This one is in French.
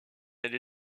elle